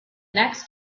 next